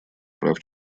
прав